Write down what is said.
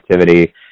activity